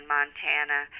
Montana